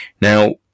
now